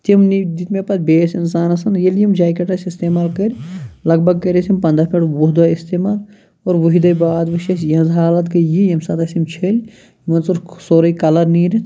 تم نی دِتۍ مےٚ پَتہٕ بیٚیِس اِنسانَس ییٚلہِ یِم جاکیٚٹ اَسہِ اِستِمال کٔر لَگ بگ کٔر اَسہِ یِم پَنٛداہ پٮ۪ٹھِ وُہ دۄہ اِستمال اور وُہہِ دُہۍ باد وٕچھ اَسہِ یِہِنٛز حالَت گٔے یی یمہِ ساتہٕ اَسہِ یِم چھیٚلۍ یِمَن ژوٚل سورٕے کَلَر نیٖرِتھ